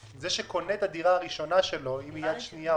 זה שקונה את הדירה הראשונה שלו, אם היא יד שנייה